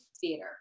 theater